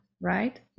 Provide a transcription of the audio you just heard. right